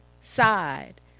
side